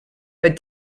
but